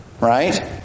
Right